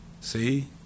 See